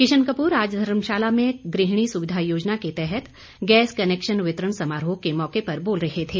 किशन कप्र आज धर्मशाला में गृहिणी सुविधा योजना के तहत गैस कनेक्शन वितरण समारोह के मौके पर बोल रहे थे